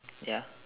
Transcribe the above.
ya